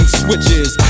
switches